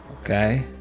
Okay